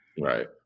Right